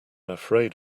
afraid